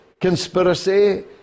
conspiracy